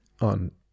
on